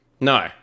no